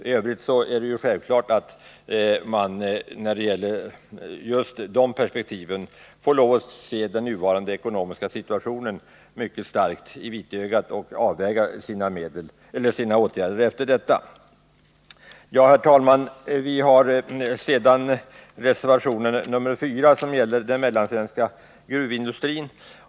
I övrigt är det självklart att man, när det gäller just dessa perspektiv, får lov att se den nuvarande ekonomiska situationen stint i vitögat och avväga sina åtgärder efter detta. Herr talman! Reservation 4 gäller den mellansvenska gruvindustrin.